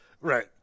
Right